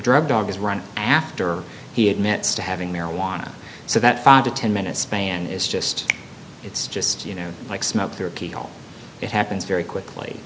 drug dogs run after he admits to having marijuana so that five to ten minute span is just it's just you know like smoke through a keyhole it happens very quickly